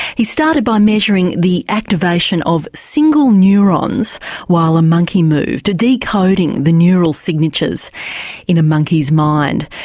he started by measuring the activation of single neurons while a monkey moved, decoding the neural signatures in a monkey's mind.